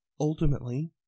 ultimately